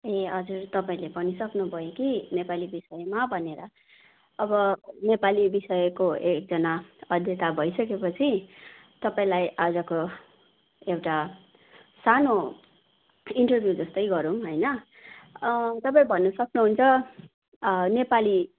ए हजुर तपाईँले भनिसक्नु भयो कि नेपाली विषयमा भनेर अब नेपाली विषयको एकजना अध्येता भइसकेपछि तपाईँलाई आजको एउटा सानो इन्टरभ्यू जस्तै गरौँ होइन तपाईँ भन्नुसक्नु हुन्छ नेपाली